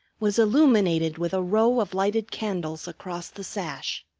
was illuminated with a row of lighted candles across the sash.